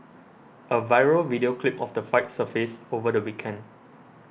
a viral video clip of the fight surfaced over the weekend